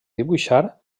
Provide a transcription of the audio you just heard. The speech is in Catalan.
dibuixar